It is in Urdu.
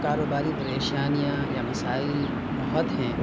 کاروباری پریشاںیاں یا مسائل بہت ہیں